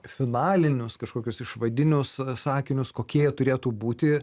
finalinius kažkokius išvadinius sakinius kokie jie turėtų būti